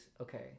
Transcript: Okay